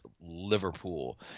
Liverpool